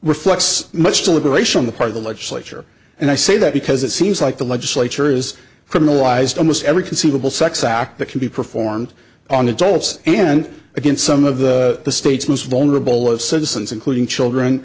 reflects much deliberation on the part of the legislature and i say that because it seems like the legislature is criminalized almost every conceivable sex act that can be performed on adults and again some of the state's most vulnerable of citizens including children